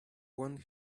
want